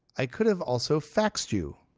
i could have also faxed you.